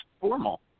formal